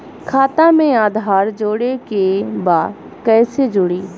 खाता में आधार जोड़े के बा कैसे जुड़ी?